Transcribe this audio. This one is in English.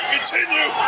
Continue